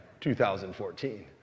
2014